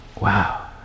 Wow